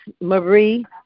Marie